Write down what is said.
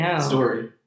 story